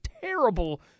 terrible